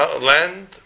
land